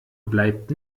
bleibt